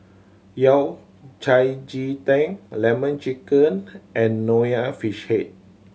Yao Cai ji ting Lemon Chicken and Nonya Fish Head